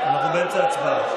אנחנו באמצע הצבעה.